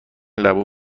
لبو